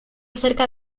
cerca